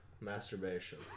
masturbation